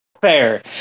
Fair